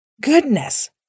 Goodness